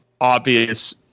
obvious